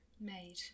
made